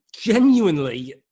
genuinely